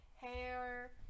hair